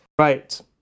right